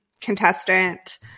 contestant